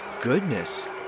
goodness